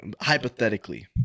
Hypothetically